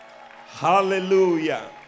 Hallelujah